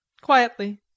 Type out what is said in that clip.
Quietly